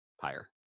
higher